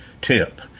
tip